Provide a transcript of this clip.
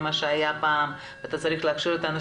מכפי שהיה פעם ואתה צריך להכשיר אותם,